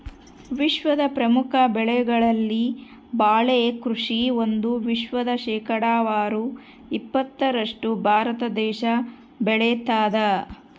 ವಿಶ್ವದ ಪ್ರಮುಖ ಬೆಳೆಗಳಲ್ಲಿ ಬಾಳೆ ಕೃಷಿ ಒಂದು ವಿಶ್ವದ ಶೇಕಡಾವಾರು ಇಪ್ಪತ್ತರಷ್ಟು ಭಾರತ ದೇಶ ಬೆಳತಾದ